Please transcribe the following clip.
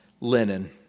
linen